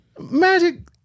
Magic